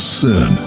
sin